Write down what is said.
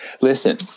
Listen